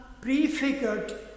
prefigured